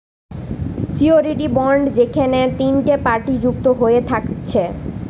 surety bond যেখেনে তিনটে party যুক্ত হয়ে থাকছে